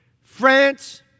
France